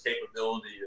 capability